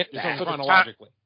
Chronologically